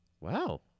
Wow